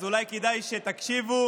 אז אולי כדאי שתקשיבו.